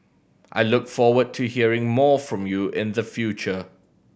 I look forward to hearing more from you in the future